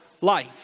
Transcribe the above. life